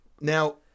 Now